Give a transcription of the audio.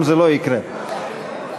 23 מתנגדים,